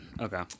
Okay